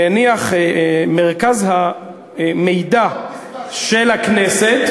שהניח מרכז המידע של הכנסת,